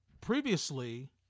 previously